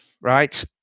right